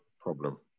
problem